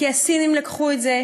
כי הסינים לקחו את זה,